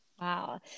Wow